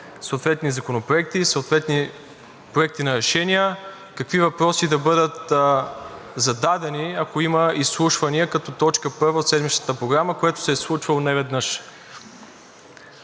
съответни законопроекти, съответни проекти на решения, какви въпроси да бъдат зададени, ако има изслушвания като точка първа от седмичната програма, което се е случвало неведнъж.